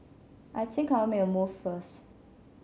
I think I'll make a move first